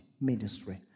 ministry